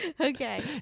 okay